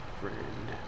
friend